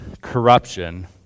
corruption